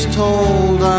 told